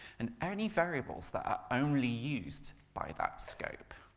and any variables that are only used by that scope